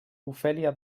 ofèlia